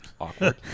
awkward